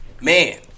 Man